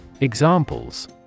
Examples